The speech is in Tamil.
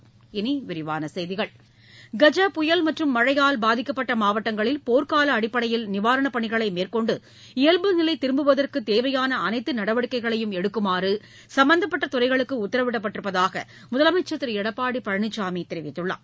இனி விரிவான செய்திகள் கஜ புயல் மற்றும் மழையால் பாதிக்கப்பட்ட மாவட்டங்களில் போர்க்கால அடிப்படையில் நிவாரணப் பணிகளை மேற்கொண்டு இயல்பு நிலை திரும்புவதற்கு தேவையான அனைத்து நடவடிக்கைகளையும் எடுக்குமாறு சும்பந்தப்பட்ட துறைகளுக்கு உத்தரவிட்டிருப்பதாக முதலமைச்சர் திரு எடப்பாடி பழனிசாமி தெரிவித்குள்ளார்